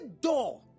door